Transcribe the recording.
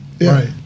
Right